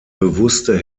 bewusste